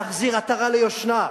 להחזיר עטרה ליושנה?